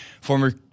former